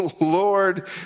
Lord